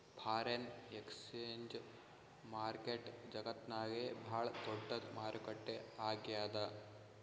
foreign exchange market ಜಗತ್ತ್ನಾಗೆ ಭಾಳ್ ದೊಡ್ಡದ್ ಮಾರುಕಟ್ಟೆ ಆಗ್ಯಾದ